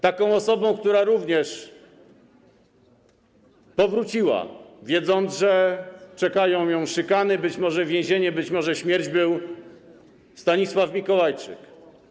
Taką osobą, która również powróciła, wiedząc, że czekają ją szykany, być może więzienie, być może śmierć, był Stanisław Mikołajczyk.